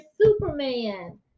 Superman